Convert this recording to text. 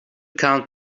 count